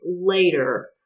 later